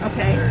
Okay